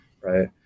right